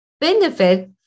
benefit